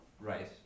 Right